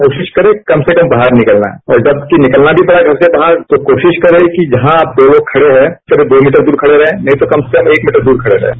खोरिश करे कम से कम बाहर निकलना और जबकि निकलना मी पड़ा पर से बाहर तो कोरिश करें कि जहां आप दो लोग खरे हैं करीब दो मीटर दूर खडे रहें नहीं तो कम से कम एक मीटर दूर खडे रहें